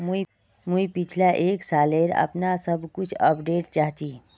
मुई पिछला एक सालेर अपना पासबुक अपडेट चाहची?